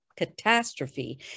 catastrophe